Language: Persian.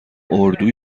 اردو